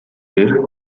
дээр